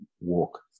walk